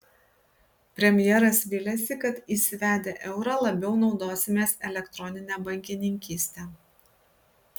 premjeras viliasi kad įsivedę eurą labiau naudosimės elektronine bankininkyste